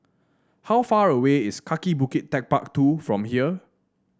how far away is Kaki Bukit TechparK Two from here